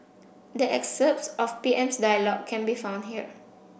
the excerpts of P M's dialogue can be found here